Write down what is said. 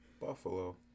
Buffalo